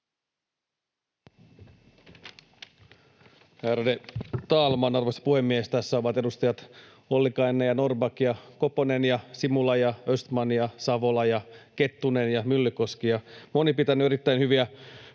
arvoisa puhemies! Tässä ovat edustajat Ollikainen ja Norrback ja Koponen ja Simula ja Östman ja Savola ja Kettunen ja Myllykoski